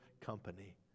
company